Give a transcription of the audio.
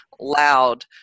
loud